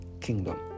kingdom